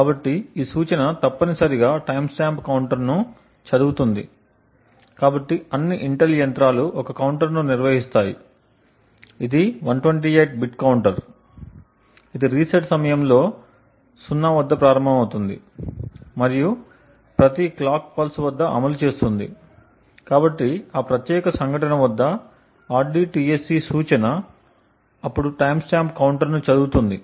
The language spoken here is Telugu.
కాబట్టి ఈ సూచన తప్పనిసరిగా టైమ్స్టాంప్ కౌంటర్ను చదువుతుంది కాబట్టి అన్ని ఇంటెల్ యంత్రాలు ఒక కౌంటర్ను నిర్వహిస్తాయి ఇది 128 బిట్ కౌంటర్ ఇది రీసెట్ సమయంలో 0 వద్ద ప్రారంభమవుతుంది మరియు ప్రతి క్లాక్ పల్స్వద్ద అమలు చేస్తుంది కాబట్టి ఆ ప్రత్యేక సంఘటన వద్ద rdtsc సూచన అప్పుడు టైమ్స్టాంప్ కౌంటర్ను చదువుతుంది